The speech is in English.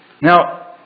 Now